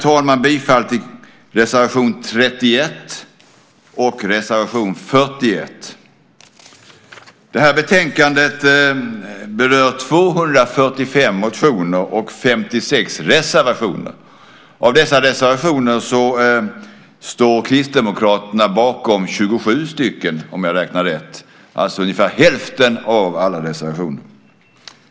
Jag yrkar bifall till reservation 31 och reservation 41. Betänkandet berör 245 motioner och 56 reservationer. Av dessa reservationer står Kristdemokraterna bakom 27 stycken, om jag räknar rätt. Det är alltså ungefär hälften av alla reservationer.